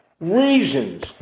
reasons